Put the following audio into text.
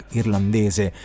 irlandese